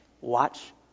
Watch